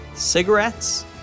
Cigarettes